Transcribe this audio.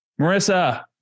Marissa